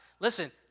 Listen